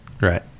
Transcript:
Right